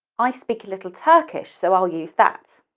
i speak a little turkish, so i'll use that.